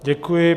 Děkuji.